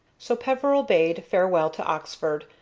so peveril bade farewell to oxford,